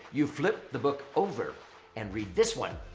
you flip the book over and read this one.